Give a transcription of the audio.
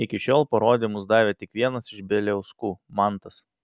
iki šiol parodymus davė tik vienas iš bieliauskų mantas